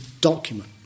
document